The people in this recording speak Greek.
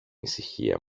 ησυχία